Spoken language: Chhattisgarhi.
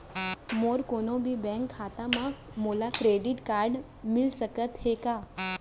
मोर कोनो भी बैंक खाता मा मोला डेबिट कारड मिलिस सकत हे का?